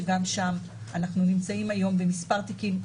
שגם שם אנחנו נמצאים היום במספר תיקים,